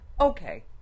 okay